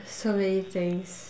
so many things